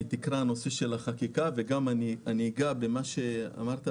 גם נושא החקיקה וגם אגע במה שאמרת,